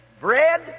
Bread